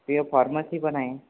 तिथं फार्मसी पण आहे